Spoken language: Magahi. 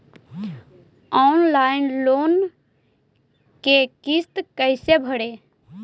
ऑनलाइन लोन के किस्त कैसे भरे?